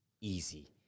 Easy